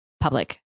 public